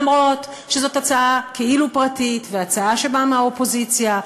אף שזאת הצעה כאילו פרטית והצעה שבאה מהאופוזיציה,